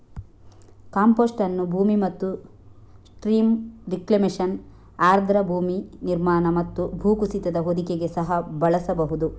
compost ಅನ್ನು ಭೂಮಿ ಮತ್ತು ಸ್ಟ್ರೀಮ್ ರಿಕ್ಲೇಮೇಶನ್, ಆರ್ದ್ರ ಭೂಮಿ ನಿರ್ಮಾಣ ಮತ್ತು ಭೂಕುಸಿತದ ಹೊದಿಕೆಗೆ ಸಹ ಬಳಸಬಹುದು